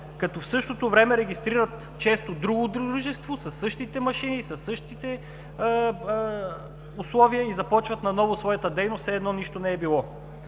като в същото време регистрират често друго дружество със същите машини, със същите условия и започват наново своята дейност, все едно нищо не е било.